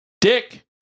Dick